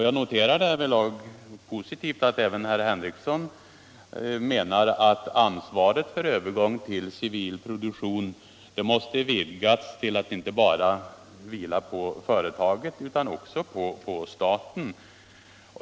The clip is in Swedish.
Jag noterar därvidlag såsom positivt att även herr Henrikson menar 18 februari 1976 att ansvaret för övergång till civil produktion måste vidgas till att vila = inte bara på företaget utan också på staten.